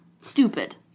Stupid